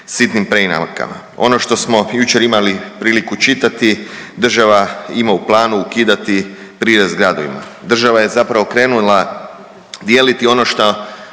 sitnim preinakama. Ono što smo jučer imali priliku čitati, država ima u planu ukidati prirez gradovima. Država je zapravo krenula dijeliti ono šta,